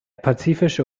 pazifische